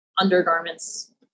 undergarments